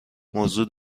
موضوع